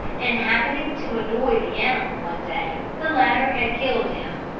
and happening to annoy the animal one day, the latter had killed him.